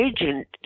agent